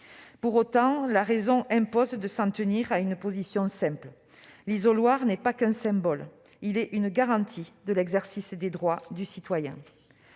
Pour autant, la raison impose de s'en tenir à une position simple : l'isoloir n'est pas qu'un symbole, il est une garantie de l'exercice des droits du citoyen.